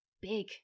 Big